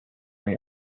may